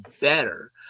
better